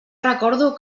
recordo